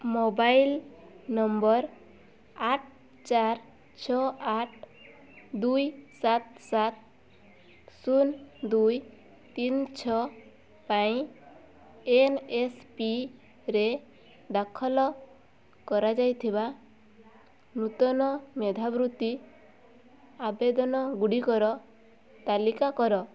mobile number ଆଠ ଚାର୍ ଛଅ ଆଠ ଦୁଇ ସାତ ସାତ ଶୂନ ଦୁଇ ତିନି ଛଅ ପାଇଁ ଏନ୍ଏସ୍ପିରେ ଦାଖଲ କରାଯାଇଥିବା ନୂତନ ମେଧାବୃତ୍ତି ଆବେଦନ ଗୁଡ଼ିକର ତାଲିକା କର